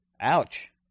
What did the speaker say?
Ouch